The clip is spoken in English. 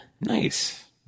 Nice